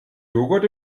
joghurt